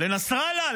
לנסראללה?